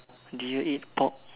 do you eat pork